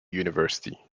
university